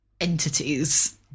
entities